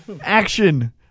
action